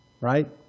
right